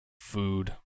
food